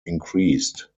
increased